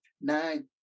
nine